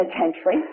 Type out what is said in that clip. penitentiary